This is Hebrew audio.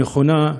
הנכונה,